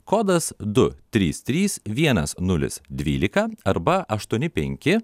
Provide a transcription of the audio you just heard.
kodas du trys trys vienas nulis dvylika arba aštuoni penki